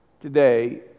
Today